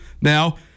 now